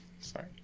Sorry